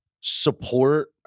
support